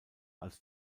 als